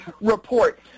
report